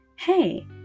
Hey